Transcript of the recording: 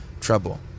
trouble